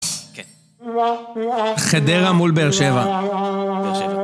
- כן חדרה מול באר שבע - באר שבע